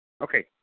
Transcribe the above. Okay